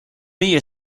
meie